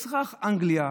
אזרח אנגליה,